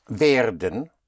werden